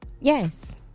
Yes